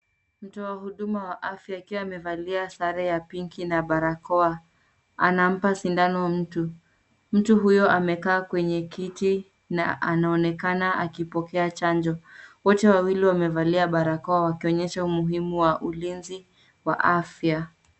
Mtoa huduma wa afya akiwa amevalia sare ya pinki na barakoa anampa shindano mtu. Mtu huyo amekaa kwenye kiti na anaonekana akipokea chanjo. Wote wawili wamevalia barakoa wakionyesha umuhimu wa ulinzi wa afya.